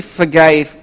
forgave